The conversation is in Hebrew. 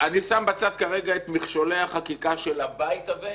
אני שם בצד כרגע את מכשולי החקיקה של הבית הזה.